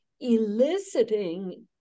eliciting